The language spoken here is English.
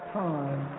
time